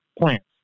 plants